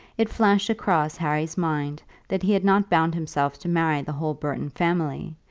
it flashed across harry's mind that he had not bound himself to marry the whole burton family,